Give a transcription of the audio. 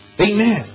Amen